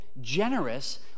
generous